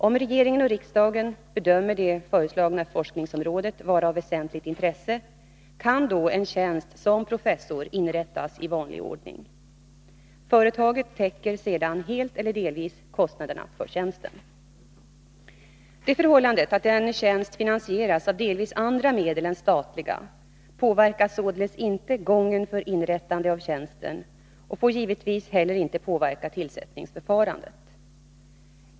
Om regeringen och riksdagen bedömer att det föreslagna forskningsområdet är av väsentligt intresse, kan då en tjänst som professor inrättas i vanlig ordning. Företaget täcker sedan helt eller delvis kostnaderna för tjänsten. Det förhållandet att en tjänst finansieras av delvis andra medel än statliga påverkar således inte gången för inrättande av tjänsten och får givetvis heller inte påverka tillsättningsförfarandet.